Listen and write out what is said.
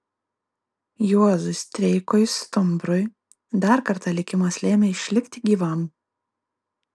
juozui streikui stumbrui dar kartą likimas lėmė išlikti gyvam